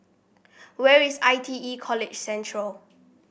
where is I T E College Central